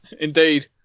Indeed